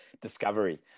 discovery